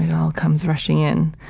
all comes rushing in.